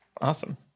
Awesome